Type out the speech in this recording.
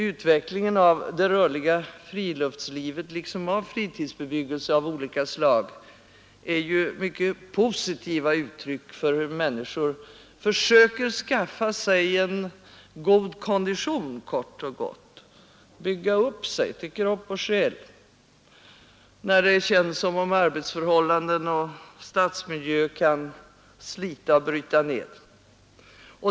Utvecklingen av det rörliga friluftslivet liksom av fritidsbebyggelse av olika slag är ju mycket positiva uttryck för hur människorna försöker skaffa sig en god kondition, bygga upp sig till kropp och själ, när det känns som om arbetsförhållanden och stadsmiljö kan slita och bryta ned.